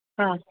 ആ